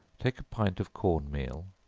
take a pint of corn meal,